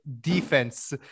defense